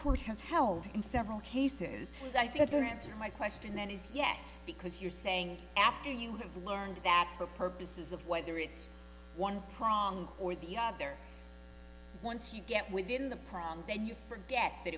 court has held in several cases i think the answer my question then is yes because you're saying after you have learned that for purposes of whether it's one prong or the other once you get within the problem then you forget that